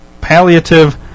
palliative